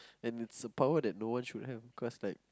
and it's a power that no one should have because like